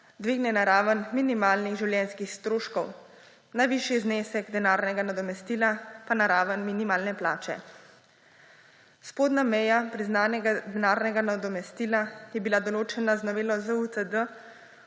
dvigne na raven minimalnih življenjskih stroškov, najvišji znesek denarnega nadomestila pa na raven minimalne plače. Spodnja meja priznanega denarnega nadomestila je bila določena z novelo ZUTD